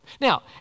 Now